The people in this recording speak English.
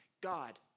God